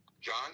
John